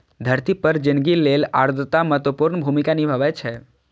धरती पर जिनगी लेल आर्द्रता महत्वपूर्ण भूमिका निभाबै छै